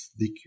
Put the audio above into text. DQ